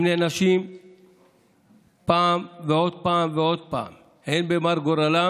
הם נענשים פעם ועוד פעם ועוד פעם הן במר גורלם